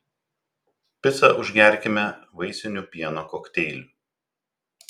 picą užgerkime vaisiniu pieno kokteiliu